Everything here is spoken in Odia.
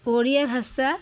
ଓଡ଼ିଆ ଭାଷା